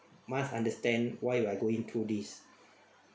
must understand why would I going through this